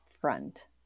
front